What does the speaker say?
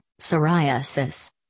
psoriasis